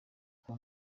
kuko